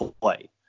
play